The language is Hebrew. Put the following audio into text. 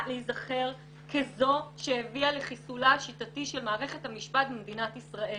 להיזכר ככזאת שהביאה לחיסולה השיטתי של מערכת המשפט במדינת ישראל